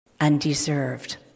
undeserved